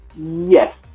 Yes